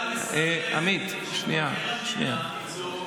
הרמטכ"ל מסרב שמבקר המדינה יבדוק.